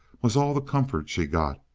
was all the comfort she got,